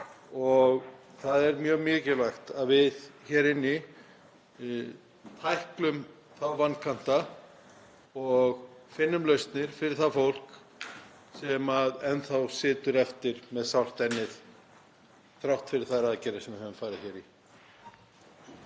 Það er því mjög mikilvægt að við hér inni tæklum vankanta og finnum lausnir fyrir það fólk sem enn þá situr eftir með sárt ennið þrátt fyrir þær aðgerðir sem við höfum farið hér í.